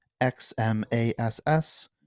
X-M-A-S-S